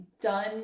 done